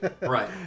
Right